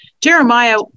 Jeremiah